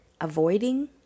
Avoiding